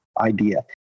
idea